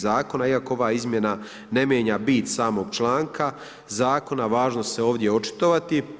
Zakona, iako ova izmjena ne mijenja bit samoga članka zakona, važno se ovdje očitovati.